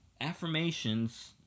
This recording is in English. affirmations